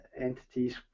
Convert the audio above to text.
entities